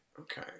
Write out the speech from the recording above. okay